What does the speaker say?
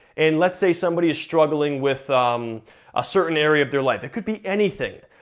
and let's say somebody is struggling with a certain area of their life, it could be anything.